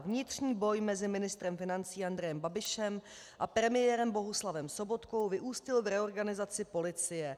Vnitřní boj mezi ministrem financí Andrejem Babišem a premiérem Sobotkou vyústil v reorganizaci policie.